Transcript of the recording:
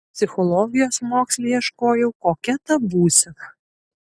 psichologijos moksle ieškojau kokia ta būsena